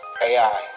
AI